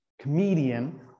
comedian